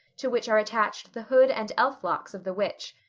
to which are attached the hood and elf-locks of the witch.